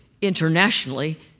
internationally